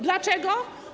Dlaczego?